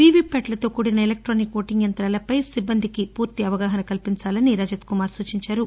వివి ప్యాట్లతో కూడిన electronic voting యంతాలపై సిబ్బందికి పూర్తి అవగాహన కల్పించాలని రజత్ కుమార్ సూచించారు